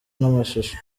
namashusho